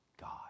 God